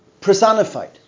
personified